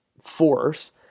force